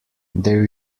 there